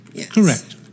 Correct